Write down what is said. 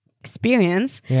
experience